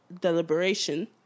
deliberation